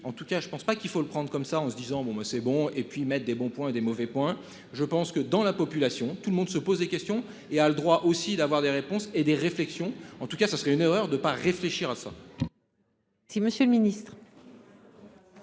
en tout cas je ne pense pas qu'il faut le prendre comme ça en se disant bon ben c'est bon et puis mettent des bons points et des mauvais points. Je pense que dans la population, tout le monde se pose des questions et a le droit aussi d'avoir des réponses et des réflexions en tout cas ce serait une erreur de pas réfléchir à ça. Si Monsieur le Ministre.